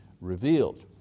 revealed